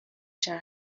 شهر